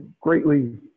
greatly